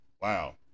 Wow